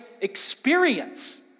experience